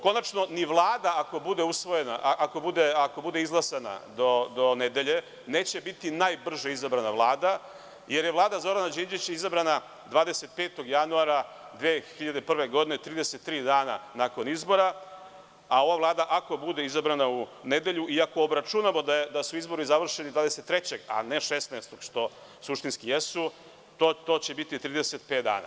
Konačno, ni Vlada ako bude izglasana do nedelje neće biti najbrže izabrana Vlada jer je Vlada Zorana Đinđića izabrana 25. januara 2001. godine, 33 dana nakon izbora, a ova Vlada ako bude izabrana u nedelju i ako obračunamo da su izbori završeni 23, a ne 16, što suštinski jesu, to će biti 35 dana.